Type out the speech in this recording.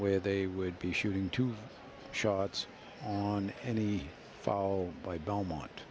where they would be shooting two shots on any fall by belmont